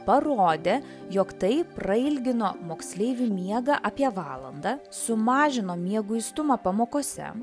parodė jog tai prailgino moksleivių miegą apie valandą sumažino mieguistumą pamokose